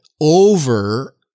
over